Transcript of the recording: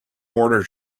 mortar